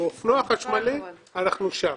באופנוע חשמלי אנחנו שם.